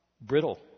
brittle